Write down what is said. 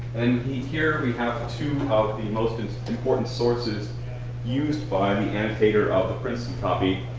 and here we have two of the most important sources used by the annotator of the princeton copy.